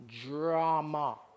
drama